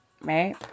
right